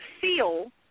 feel